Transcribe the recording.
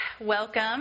Welcome